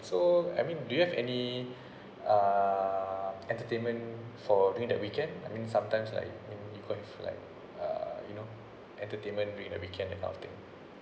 so I mean do you have any uh entertainment for during that weekend I mean sometimes like I mean you can't fly uh you know entertainment during the weekend that kind of thing